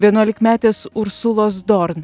vienuolikmetės ursulos dorn